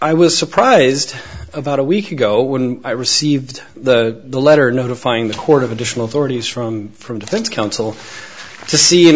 i was surprised about a week ago when i received the letter notifying the court of additional authority is from from defense counsel to see an